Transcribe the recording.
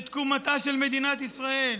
לתקומתה של מדינת ישראל,